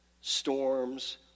Storms